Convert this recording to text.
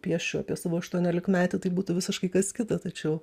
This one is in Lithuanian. piešiu apie savo aštuoniolikmetę tai būtų visiškai kas kita tačiau